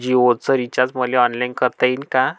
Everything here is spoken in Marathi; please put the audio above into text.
जीओच रिचार्ज मले ऑनलाईन करता येईन का?